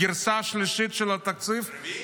גרסה שלישית של התקציב --- רביעית,